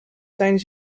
zijn